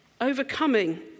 overcoming